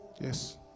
yes